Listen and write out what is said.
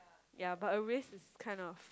ya but a waste is kind of